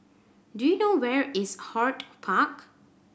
do you know where is HortPark